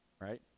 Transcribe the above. Right